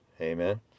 amen